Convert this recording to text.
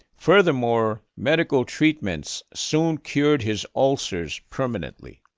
furthermore, medical treatments soon cured his ulcers permanently.